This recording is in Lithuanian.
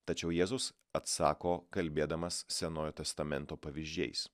tačiau jėzus atsako kalbėdamas senojo testamento pavyzdžiais